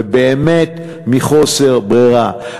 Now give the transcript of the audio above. ובאמת מחוסר ברירה,